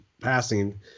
passing